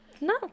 no